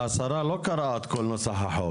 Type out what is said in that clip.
שהשרה לא קראה את כל נוסח החוק,